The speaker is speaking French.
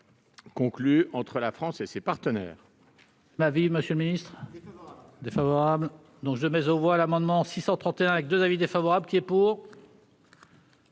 conclues entre la France et ses partenaires.